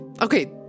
Okay